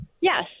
Yes